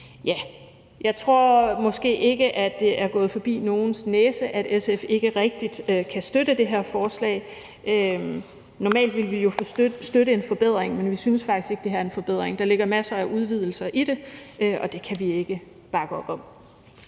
Jeg tror måske ikke, at det er gået nogens næse forbi, at SF ikke rigtig kan støtte det her lovforslag. Normalt ville vi jo kunne støtte en forbedring, men vi synes faktisk ikke, det her er en forbedring. Der ligger masser af udvidelser i det, og det kan vi ikke bakke op om.